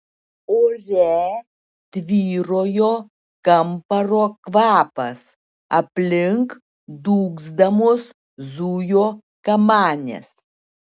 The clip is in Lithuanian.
ore tvyrojo kamparo kvapas aplink dūgzdamos zujo kamanės